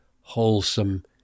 wholesome